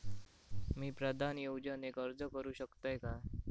मी पंतप्रधान योजनेक अर्ज करू शकतय काय?